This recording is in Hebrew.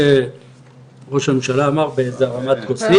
זה ראש הממשלה אמר באיזה הרמת כוסית.